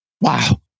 Wow